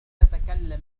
اللغة